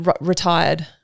retired